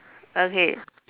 okay